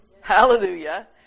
hallelujah